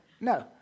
No